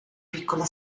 piccola